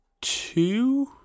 two